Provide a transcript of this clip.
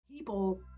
People